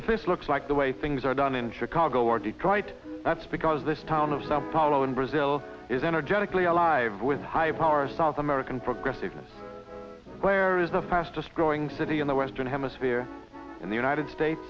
if this looks like the way things are done in chicago or detroit that's because this town of sao paulo in brazil is energetically alive with high power south american progressiveness where is the fastest growing city in the western hemisphere in the united states